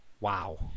Wow